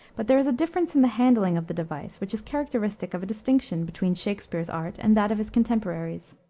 but there is a difference in the handling of the device which is characteristic of a distinction between shakspere's art and that of his contemporaries.